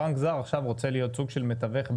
בנק זר עכשיו רוצה להיות סוג של מתווך,